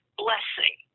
blessing